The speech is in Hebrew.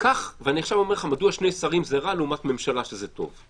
ואני עכשיו אומר לך מדוע שני שרים זה רע לעומת ממשלה שזה טוב.